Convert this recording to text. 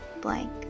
blank